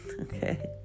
Okay